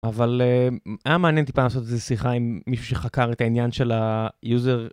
אבל היה מעניין טיפה לעשות איזה שיחה עם מישהו שחקר את העניין של היוזר.